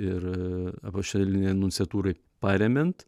ir apaštalinė nunciatūrai paremiant